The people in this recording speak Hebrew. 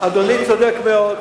אדוני צודק מאוד.